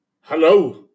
Hello